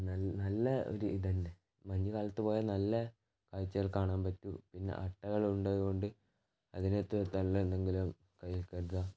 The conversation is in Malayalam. നല്ല ഒരിതല്ലേ മഞ്ഞ് കാലത്ത് പോയാൽ നല്ലകാഴ്ചകൾ കാണാൻ പറ്റും പിന്നെ അട്ടകൾ ഉള്ളതുകൊണ്ട് അതിനെ തുരത്താൻ എന്തെങ്കിലും കയ്യിൽ കരുതുക